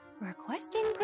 Requesting